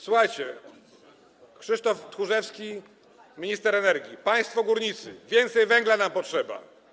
Słuchajcie, Krzysztof Tchórzewski, minister energii: Państwo górnicy, więcej węgla nam potrzeba.